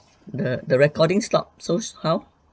the the recording stop so how